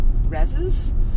reses